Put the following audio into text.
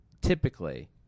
typically